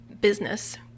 business